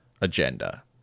agenda